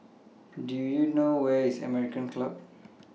Do YOU know Where IS American Club